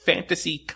fantasy